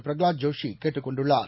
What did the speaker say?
பிரகலாத் ஜோஷி கேட்டுக் கொண்டுள்ளார்